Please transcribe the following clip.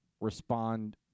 respond